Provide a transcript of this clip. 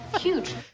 Huge